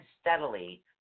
steadily